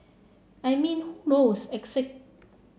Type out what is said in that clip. I mean who knows